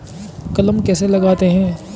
कलम कैसे लगाते हैं?